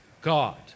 God